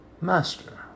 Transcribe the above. Master